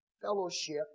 fellowship